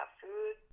food